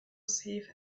safe